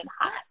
hot